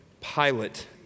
Pilate